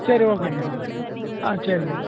சரி ஓகேங்ண்ணா ஓகேங்ண்ணா ஆ சரிங்ண்ணா